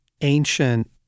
ancient